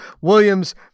Williams